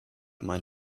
mein